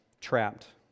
trapped